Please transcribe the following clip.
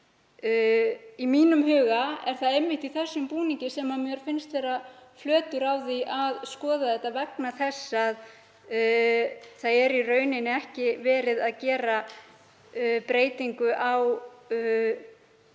Í mínum huga er það einmitt í þessum búningi sem mér finnst vera flötur á því að skoða það vegna þess að í raun er ekki verið að gera breytingu á sölunni